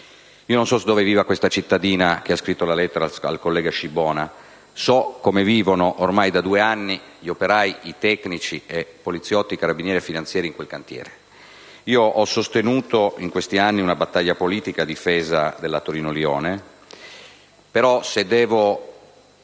Non so dove viva la cittadina che ha scritto la lettera al collega Scibona, ma so come vivono ormai da due anni gli operai, i tecnici, i poliziotti, i carabinieri e i finanzieri in quel cantiere. Ho sostenuto in questi anni una battaglia politica a difesa della Torino-Lione, però, se devo